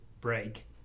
break